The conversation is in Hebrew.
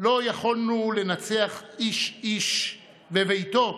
לא יכולנו לנצח איש-איש בביתו,